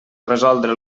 resoldre